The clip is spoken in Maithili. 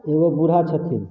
एगो बूढ़ा छथिन